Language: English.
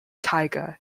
taiga